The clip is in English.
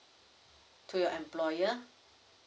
to your employer